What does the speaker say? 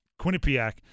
Quinnipiac